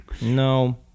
No